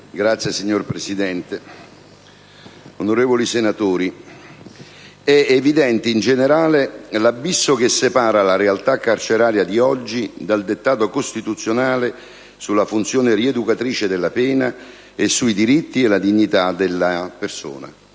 Signor Presidente, onorevoli senatori, «Evidente in generale è l'abisso che separa la realtà carceraria di oggi dal dettato costituzionale sulla funzione rieducatrice della pena e sui diritti e la dignità della persona».